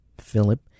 Philip